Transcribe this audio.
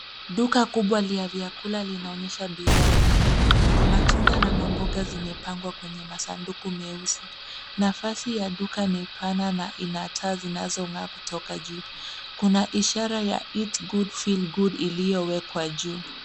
Duka kubwa la vyakula linaonyesha bidhaa nyingi. Matunda na mamboga zimepangwa kwenye masanduku meusi. Nafasi ya duka ni pana na ina taa zinazong'aa kutoka juu. Kuna ishara ya eat good feel good iliyowekwa juu.